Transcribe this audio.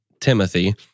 Timothy